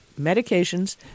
medications